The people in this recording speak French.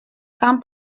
quand